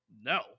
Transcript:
No